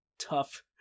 Tough